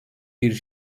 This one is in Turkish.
bir